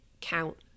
count